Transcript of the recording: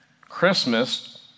Christmas